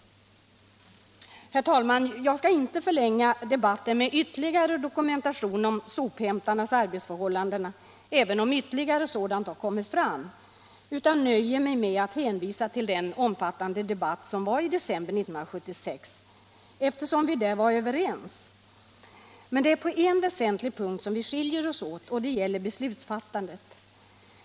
Herr talman! Jag skall inte förlänga debatten med ytterligare dokumentation om sophämtarnas arbetsförhållanden — även om ytterligare sådant material har kommit fram — utan nöjer mig med att hänvisa till den omfattande debatt som fördes i december 1976, eftersom vi då var helt överens. Men det är på en väsentlig punkt som vi skiljer oss åt, och det gäller beslutsfattandet.